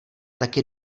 taky